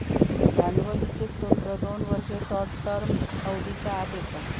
भांडवलीचे स्त्रोत दोन वर्ष, शॉर्ट टर्म अवधीच्या आत येता